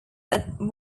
that